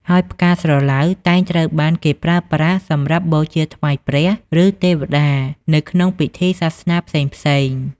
ហើយផ្កាស្រឡៅតែងត្រូវបានគេប្រើប្រាស់សម្រាប់ បូជាថ្វាយព្រះ ឬទេវតា នៅក្នុងពិធីសាសនាផ្សេងៗ។